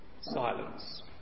silence